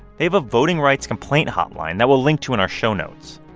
they have a voting rights complaint hotline that we'll link to in our show notes.